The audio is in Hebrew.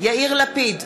יאיר לפיד,